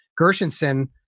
Gershenson